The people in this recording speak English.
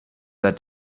that